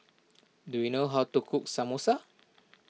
do you know how to cook Samosa